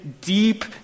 deep